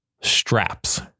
straps